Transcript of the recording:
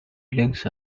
links